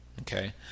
Okay